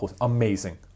Amazing